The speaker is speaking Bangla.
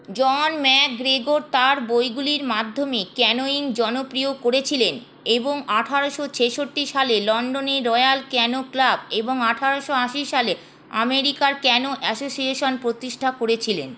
জন ম্যাকগ্রেগর তার বইগুলির মাধ্যমে ক্যানোয়িং জনপ্রিয় করেছিলেন এবং আঠারোশো ছেষট্টি সালে লন্ডনে রয়াল ক্যানো ক্লাব এবং আঠারোশো আশি সালে আমেরিকার ক্যানো অ্যাসোসিয়েশন প্রতিষ্ঠা করেছিলেন